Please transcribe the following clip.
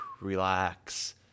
relax